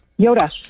Yoda